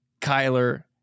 Kyler